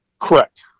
Correct